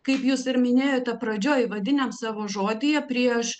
kaip jūs ir minėjote pradžioj įvadiniam savo žodyje prieš